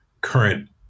current